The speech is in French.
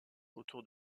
autour